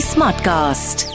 Smartcast